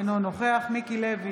אינו נוכח מיקי לוי,